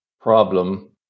problem